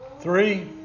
Three